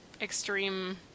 extreme